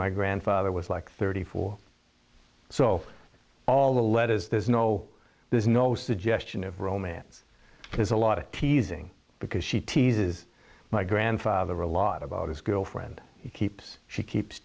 my grandfather was like thirty four so all the letters there's no there's no suggestion of romance there's a lot of teasing because she teases my grandfather a lot about his girlfriend he keeps she keeps